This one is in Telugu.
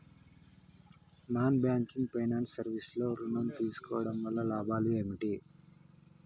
నాన్ బ్యాంకింగ్ ఫైనాన్స్ సర్వీస్ లో ఋణం తీసుకోవడం వల్ల లాభాలు ఏమిటి?